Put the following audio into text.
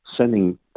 sending